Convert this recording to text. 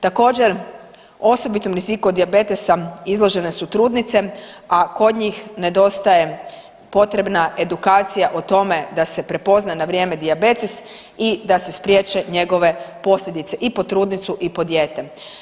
Također, osobitom riziku od dijabetesa izložene su trudnice, a kod njih nedostaje potrebna edukacija o tome da se prepozna na vrijeme dijabetes i da se spriječe njegove posljedice i po trudnicu i po dijete.